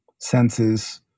senses